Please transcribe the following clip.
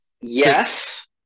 yes